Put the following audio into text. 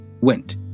went